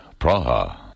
Praha